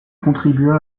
contribua